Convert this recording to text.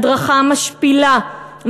הדרכה משפילה,